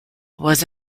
was